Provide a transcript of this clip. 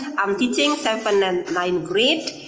i'm teaching seventh and ninth grade.